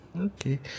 Okay